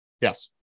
Yes